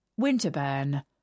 Winterburn